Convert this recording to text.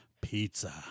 pizza